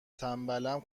تنبلم